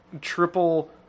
triple